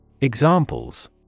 Examples